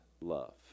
love